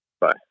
Bye